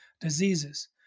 diseases